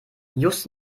just